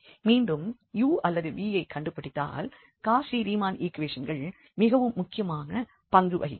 மீண்டும் u அல்லது v யைக் கண்டுபிடித்தால் காச்சி ரீமான் ஈக்குவேஷன்கள் மிகவும் முக்கியமான பங்கு வகிக்கிறது